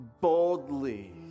boldly